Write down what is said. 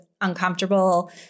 uncomfortable